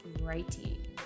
writing